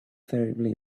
terribly